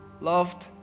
Loved